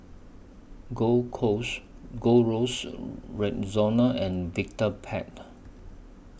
Gold Coast Gold Roast Rexona and Vitapet